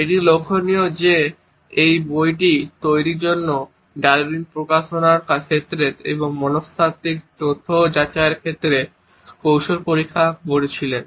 এটি লক্ষণীয় যে এই বইটি তৈরির জন্য ডারউইন প্রকাশনার ক্ষেত্রে এবং মনস্তাত্ত্বিক তথ্য যাচাইয়ের ক্ষেত্রে কৌশল পরীক্ষা করেছিলেন